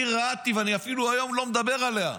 אני רעדתי, ואני אפילו לא מדבר עליה היום.